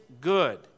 good